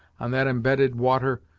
on that embedded water,